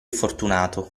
fortunato